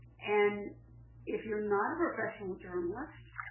and if you're not a professional journalist,